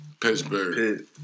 Pittsburgh